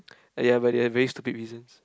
oh ya but there are very stupid reasons